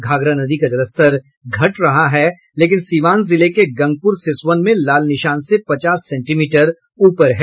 घाघरा नदी का जलस्तर घट रहा है लेकिन सीवान जिले के गंगपुर सिसवन में लाल निशान से पचास सेंटीमीटर ऊपर है